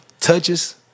touches